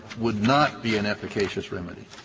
would not be an efficacious remedy.